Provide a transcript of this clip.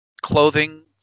clothing